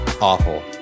awful